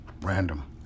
random